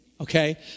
okay